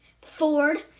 Ford